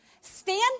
Stand